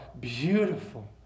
beautiful